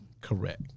Correct